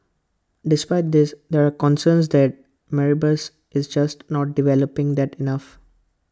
despite this there are concerns that Mauritius is just not developing that enough